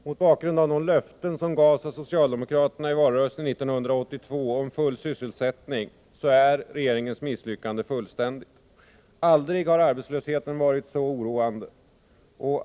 Mot bakgrund av de löften som gavs av socialdemokraterna i valrörelsen 1982 om full sysselsättning är regeringens misslyckande fullständigt. Aldrig har arbetslösheten varit så oroande.